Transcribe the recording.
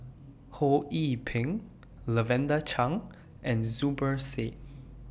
Ho Yee Ping Lavender Chang and Zubir Said